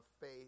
faith